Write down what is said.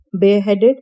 bareheaded